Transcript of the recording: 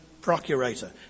procurator